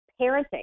parenting